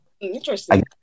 interesting